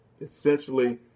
essentially